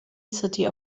city